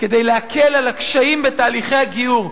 כדי להקל את הקשיים בתהליכי הגיור.